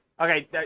Okay